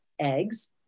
eggs